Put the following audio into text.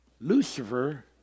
Lucifer